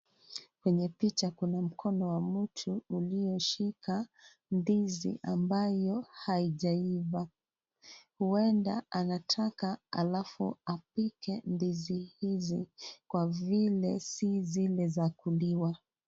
Kwenye picha kuna mkono wa mtu ulioshika ndizi ambayo haijaivaa. Huenda anataka alafu apike ndizi hizi kwa vile si zile za kuliwa.